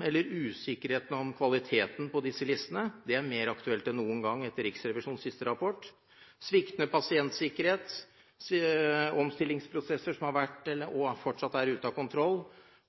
eller usikkerhet om kvaliteten på disse listene, er mer aktuelt enn noen gang etter Riksrevisjonens siste rapport. Sviktende pasientsikkerhet, omstillingsprosesser som har vært eller fortsatt er ute av kontroll,